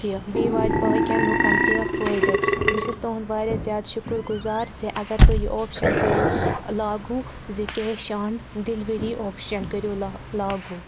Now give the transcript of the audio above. تہِ بیٚیہِ واتہِ باقِیَن لوٗکَن تہِ فٲیِدٕ بہٕ چھَس تُہٕنٛد واریاہ زیادٕ شُکُر گُزار زِ اگر تُہۍ یہِ اوپشَن کٔرِو لاگوٗ زِ کیش آن ڈِلؤری اوپشَن کٔرِو لہ لاگوٗ